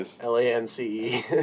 L-A-N-C-E